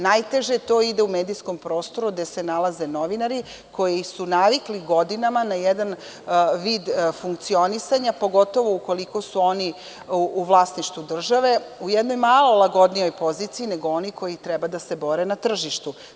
Najteže to ide u medijskom prostoru gde se nalaze novinari koji su navikli godinama na jedan vid funkcionisanja, pogotovo ukoliko su oni u vlasništvu države u jednoj malo lagodnijoj poziciji, nego oni koji treba da se bore na tržištu.